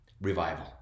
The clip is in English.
Revival